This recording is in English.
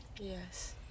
Yes